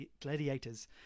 gladiators